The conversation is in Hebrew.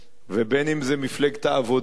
ובין שזה מפלגת העבודה,